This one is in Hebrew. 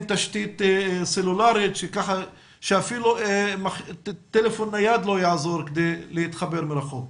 תשתית סלולרית כך שאפילו טלפון נייד לא יעזור כדי להתחבר מרחוק?